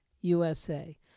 USA